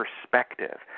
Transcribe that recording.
perspective